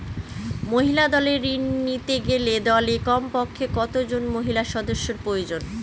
মহিলা দলের ঋণ নিতে গেলে দলে কমপক্ষে কত জন মহিলা সদস্য প্রয়োজন?